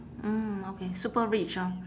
mm okay super rich orh